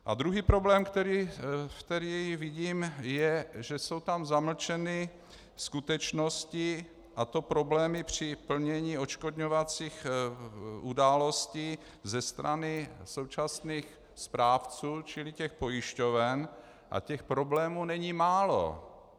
A druhý problém, který vidím, je, že jsou tam zamlčeny skutečnosti, a to problémy při plnění odškodňovacích událostí ze strany současných správců, čili těch pojišťoven, a těch problémů není málo.